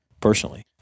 personally